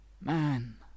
man